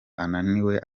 ananiwe